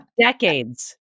Decades